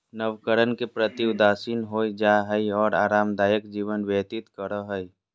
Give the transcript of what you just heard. नवकरण के प्रति उदासीन हो जाय हइ और आरामदायक जीवन व्यतीत करो हइ